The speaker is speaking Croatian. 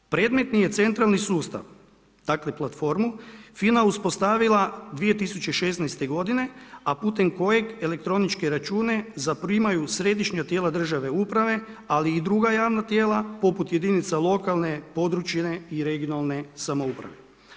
Predmetni je centralni sustav, dakle platformu, FINA uspostavila 2016. godine, a putem kojeg elektroničke račune zaprimaju središnja tijela državne uprave, ali i druga javna tijela poput jedinica lokalne, područne i regionalne samouprave.